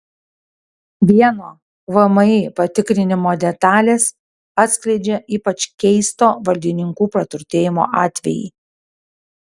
vieno vmi patikrinimo detalės atskleidžia ypač keisto valdininkų praturtėjimo atvejį